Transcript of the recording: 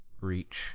reach